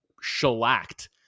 shellacked